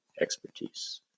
expertise